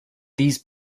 these